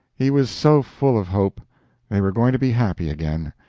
he was so full of hope they were going to be happy again.